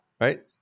right